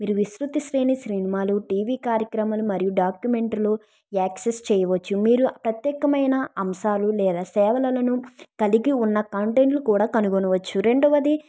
మీరు విస్తృత శ్రేణి సినిమాలు టీవీ కార్యక్రమాలు మరియు డాక్యుమెంట్లు యాక్సెస్ చేయవచ్చు మీరు ప్రత్యేకమైన అంశాలు లేదా సేవలను కలిగి ఉన్న కాంటెంట్లు కూడా కనుగొనవచ్చు రెండవది